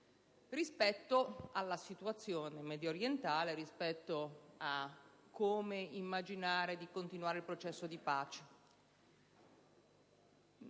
rispetto alla situazione mediorientale e a come immaginare di proseguire il processo di pace.